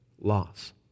loss